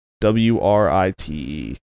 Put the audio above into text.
W-R-I-T-E